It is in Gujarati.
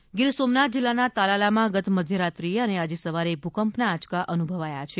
ભુકંપ ગીર સોમનાથ જિલ્લાના તાલાલામાં ગત મધ્યરાત્રીએ અને આજે સવારે ભૂકંપના આંચકા અનુભવાયા છે